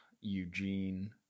Eugene